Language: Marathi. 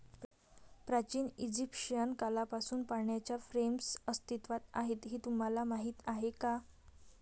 प्राचीन इजिप्शियन काळापासून पाण्याच्या फ्रेम्स अस्तित्वात आहेत हे तुम्हाला माहीत आहे का?